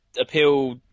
appeal